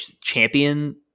Champion